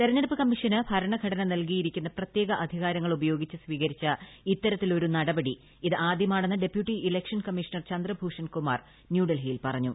തിരഞ്ഞെടുപ്പ് കമ്മീഷന് ഭരണഘടന നൽകിയിരിക്കുന്ന പ്രത്യേക അധികാരങ്ങൾ ഉപയോഗിച്ച് സ്വീകരിച്ച ഇത്തരത്തിലൊരു നടപടി ഇത് ആദ്യമാണെന്ന് deputy election commissioner Chandrabhushan Kumar ന്യൂഡൽഹിയിൽ പ്പറഞ്ഞു